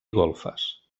golfes